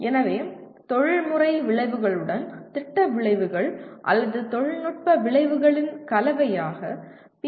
எனவே தொழில்முறை விளைவுகளுடன் திட்ட விளைவுகள் அல்லது தொழில்நுட்ப விளைவுகளின் கலவையாக பி